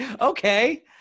okay